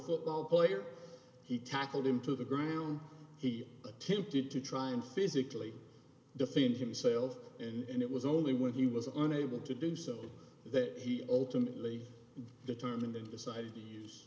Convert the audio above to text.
football player he tackled him to the ground he attempted to try and physically defend himself and it was only when he was unable to do so that he ultimately determine the decided to use